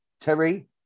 Terry